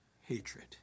hatred